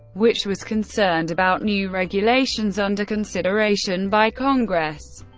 which was concerned about new regulations under consideration by congress.